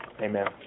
Amen